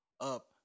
up